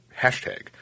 hashtag